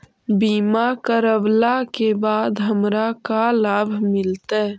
बीमा करवला के बाद हमरा का लाभ मिलतै?